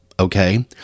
Okay